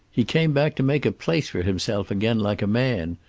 he came back to make a place for himself again, like a man.